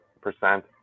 percent